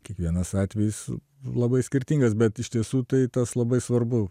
kiekvienas atvejis labai skirtingas bet iš tiesų tai tas labai svarbu